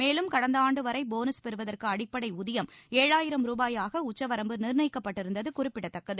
மேலும் கடந்த ஆண்டு வரை போனஸ் பெறுவதற்கு அடிப்படை ஊதியம் ஏழாயிரம் ரூபாயாக உச்சவரம்பு நிர்ணயிக்கப்பட்டிருந்தது குறிப்பிடத்தக்கது